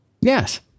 Yes